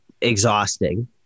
exhausting